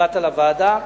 שבאת לוועדה,